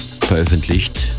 veröffentlicht